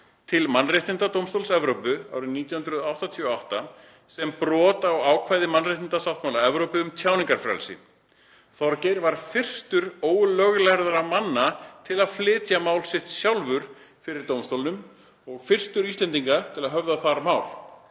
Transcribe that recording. til Mannréttindadómstóls Evrópu árið 1988 sem brot á ákvæði mannréttindasáttmála Evrópu um tjáningarfrelsi. Þorgeir var fyrstur ólöglærðra manna til að flytja mál sitt sjálfur fyrir dómstólnum og fyrstur Íslendinga til að höfða þar mál.